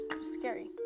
Scary